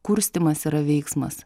kurstymas yra veiksmas